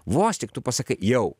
vos tik tu pasakai jau